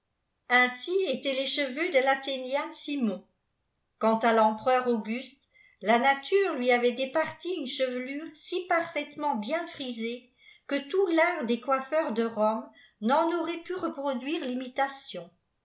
ainsi étaient lescheteux de l'athénien cimon quant à lempereur auguste la nature lui avait dé parti une chevelure si parfaitement bien frisée que tout l'art des coiffeurs de rooie n'en aurait pu reproduire l'imitation